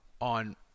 on